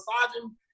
massaging